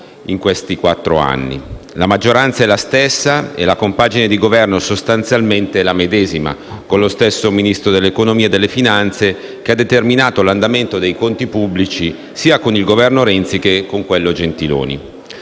in questi quattro anni. La maggioranza è la stessa e la compagine di Governo sostanzialmente la medesima, con lo stesso Ministro dell'economia e delle finanze che ha determinato l'andamento dei conti pubblici, sia con il Governo Renzi che con quello Gentiloni.